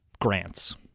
grants